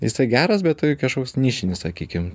jisai geras bet tai kažkoks nišinis sakykim